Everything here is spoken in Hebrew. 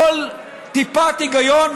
כל טיפת היגיון,